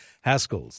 Haskell's